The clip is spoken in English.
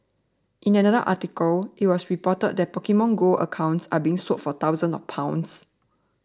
in another article it was reported that Pokemon Go accounts are being sold for thousands of pounds